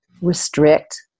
restrict